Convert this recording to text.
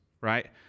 right